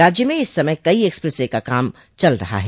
राज्य में इस समय कई एक्सप्रेस वे का काम चल रहा है